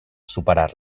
superar